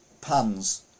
pans